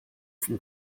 from